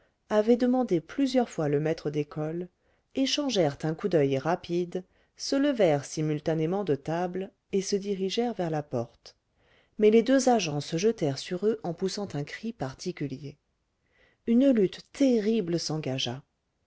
avait demandé plusieurs fois le maître d'école échangèrent un coup d'oeil rapide se levèrent simultanément de table et se dirigèrent vers la porte mais les deux agents se jetèrent sur eux en poussant un cri particulier une lutte terrible s'engagea